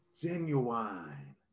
Genuine